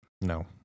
No